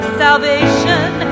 salvation